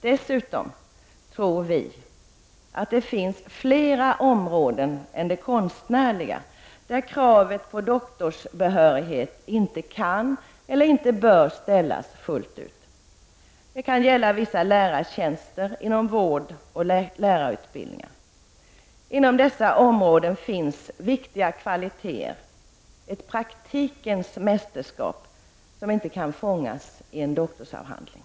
Vi tror dessutom att det finns flera områden än de konstnärliga där kravet på doktorsbehörighet inte kan eller bör ställas fullt ut. Det kan gälla vissa lärartjänster inom vårdoch lärarutbildningarna. Inom dessa områden finns viktiga kvaliteter, ett praktikens mästerskap, som inte kan fångas i en doktorsavhandling.